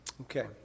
Okay